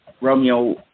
Romeo